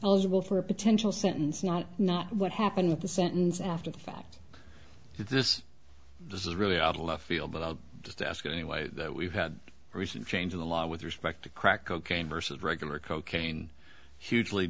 eligible for a potential sentence not not what happened with the sentence after the fact that this is really out of left field but i'll just ask it anyway that we've had a recent change in the law with respect to crack cocaine versus regular cocaine hugely